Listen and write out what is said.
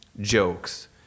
jokes